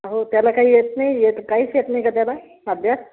हो त्याला काही येत नाही आहे येत काहीच येत नाही का त्याला अभ्यास